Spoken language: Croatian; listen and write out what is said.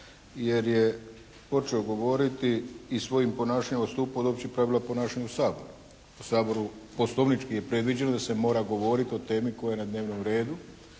jer je počeo govoriti i svojim ponašanjem odstupio od općih pravila ponašanja u Saboru. U Saboru poslovnički je predviđeno da se mora govoriti o temi koja je na dnevnom redu.